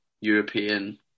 European